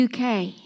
UK